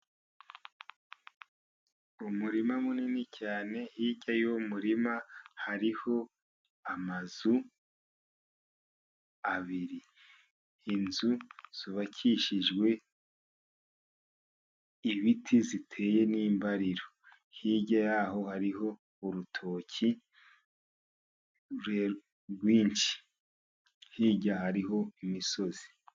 Umurima munini cyane, hirya y'umurima hariho amazu abiri. Inzu zubakishijwe ibiti ziteye n'imbariro. Hirya y'aho hariho urutoki rwinshi. Hirya hariho imisozi.